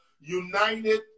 United